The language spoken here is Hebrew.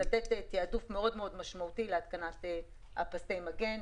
לתת תעדוף משמעותי להתקנת פסי המגן.